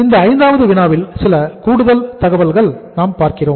இந்த ஐந்தாவது வினாவில் சில கூடுதல் தகவல்களை நாம் பார்ப்போம்